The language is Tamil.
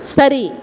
சரி